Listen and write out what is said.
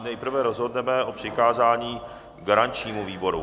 Nejprve rozhodneme o přikázání garančnímu výboru.